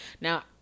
now